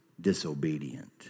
disobedient